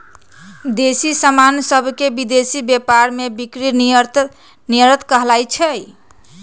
देसी समान सभके विदेशी व्यापार में बिक्री निर्यात कहाइ छै